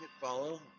follow